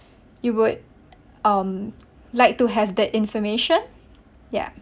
you would um like to have that information ya